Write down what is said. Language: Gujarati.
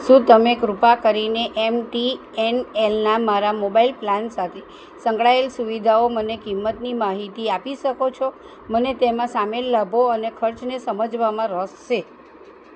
શું તમે કૃપા કરીને એમટીએનએલના મારા મોબાઈલ પ્લાન સાથે સંકળાયેલ સુવિધાઓ મને કિંમતની માહિતી આપી શકો છો મને તેમાં સામેલ લાભો અને ખર્ચને સમજવામાં રસ છે